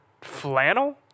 flannel